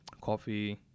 coffee